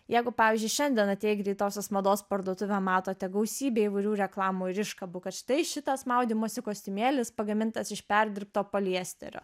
jeigu pavyzdžiui šiandien atėję į greitosios mados parduotuvę matote gausybę įvairių reklamų ir iškabų kad štai šitas maudymosi kostiumėlis pagamintas iš perdirbto poliesterio